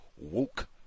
woke